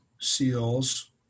SEALs